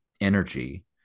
energy